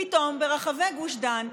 פתאום ברחבי גוש דן,